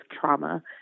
trauma